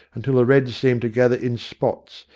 until the red seemed to gather in spots,